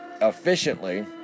efficiently